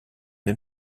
den